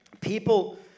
people